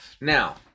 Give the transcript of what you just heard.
Now